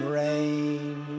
rain